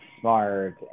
Smart